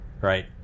right